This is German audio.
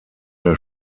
der